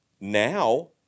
Now